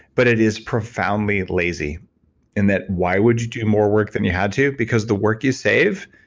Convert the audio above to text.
but it is profoundly lazy in that why would you do more work than you had to? because the work you save,